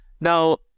Now